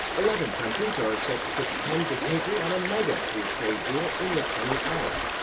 eleven countries are set to put pen to paper on a mega-free trade deal in the coming hours.